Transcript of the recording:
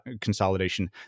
consolidation